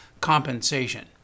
compensation